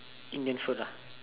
Indian food ah